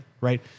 right